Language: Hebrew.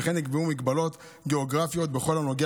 וכן נקבעו הגבלות גיאוגרפיות בכל הנוגע